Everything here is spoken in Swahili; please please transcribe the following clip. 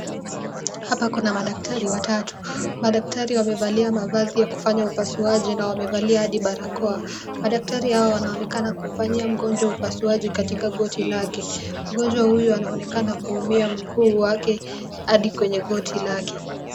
Hapa kuna madaktari watatu, madaktari wamevalia mavazi ya kufanya upasuaji na wamevalia hadi barakoa. Madaktari hawa wanaonekana kufanyia mgonjwa upasuaji katika goti lake, mgonjwa huyu anaonekana kuumia mguu wake hadi kwenye goti lake.